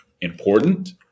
important